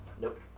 Nope